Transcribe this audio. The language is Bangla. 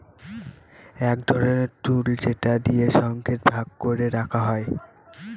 এক ধরনের টুল যেটা দিয়ে শস্যকে ভাগ করে রাখা হয়